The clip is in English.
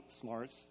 smarts